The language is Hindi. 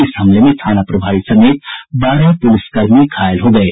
इस हमले में थाना प्रभारी समेत बारह पुलिसकर्मी घायल हो गये